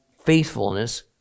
faithfulness